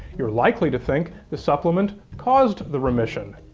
you're likely to think the supplement caused the remission.